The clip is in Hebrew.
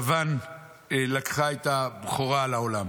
יוון לקחה את הבכורה על העולם.